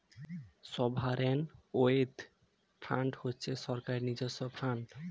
sovereign wealth fund হচ্ছে রাজ্যের নিজস্ব ফান্ড